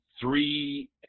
three